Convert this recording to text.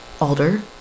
Alder